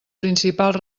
principals